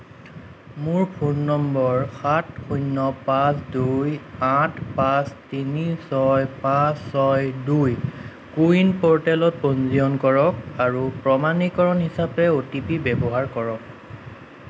মোৰ phone number সাত শূন্য পাঁচ দুই আঠ পাঁচ তিনি ছয় পাঁচ ছয় দুই কো ৱিন প'ৰ্টেলত পঞ্জীয়ন কৰক আৰু প্ৰমাণীকৰণ হিচাপে অ' টি পি ব্যৱহাৰ কৰক